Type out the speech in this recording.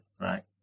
right